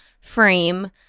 frame